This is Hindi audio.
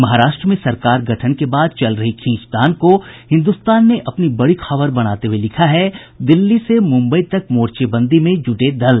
महाराष्ट्र में सरकार गठन के बाद चल रही खींचतान को हिन्दुस्तान ने अपनी बड़ी खबर बनाते हुये लिखा है दिल्ली से मुम्बई तक मोर्चेबंदी में जुटे दल